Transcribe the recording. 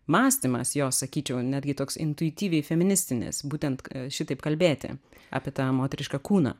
mąstymas jos sakyčiau netgi toks intuityviai feministinis būtent šitaip kalbėti apie tą moterišką kūną